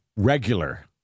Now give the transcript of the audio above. Regular